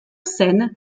scène